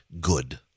good